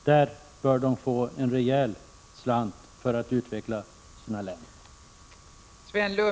De bör få en rejäl slant för att utveckla sina län.